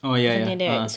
oh ya ya a'ah